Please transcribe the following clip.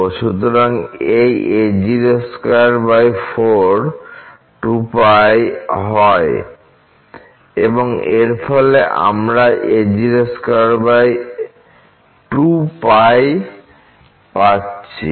সুতরাং এই a024 2π হয় এবং এর ফলে আমরা a022 πপাচ্ছি